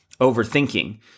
overthinking